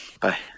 Bye